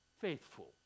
faithful